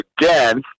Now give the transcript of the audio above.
again